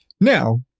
Now